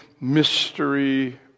mystery